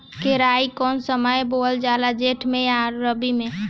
केराई कौने समय बोअल जाला जेठ मैं आ रबी में?